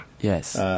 Yes